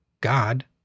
God